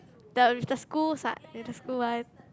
the with the schools what with the school one